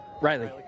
Riley